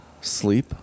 sleep